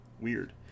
weird